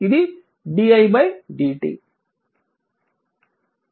ఇది d i dt